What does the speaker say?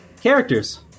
Characters